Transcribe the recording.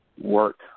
work